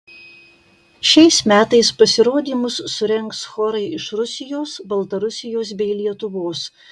šiais metais pasirodymus surengs chorai iš rusijos baltarusijos bei lietuvos